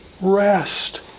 Rest